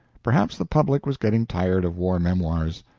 perhaps the public was getting tired of war memoirs.